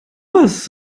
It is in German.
hast